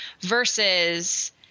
versus